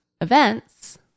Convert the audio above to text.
events